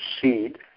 seed